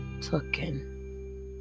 taken